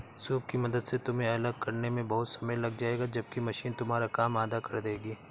soup की मदद से तुम्हें अलग करने में बहुत समय लग जाएगा जबकि मशीन तुम्हारा काम आधा कर देगी